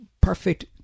Perfect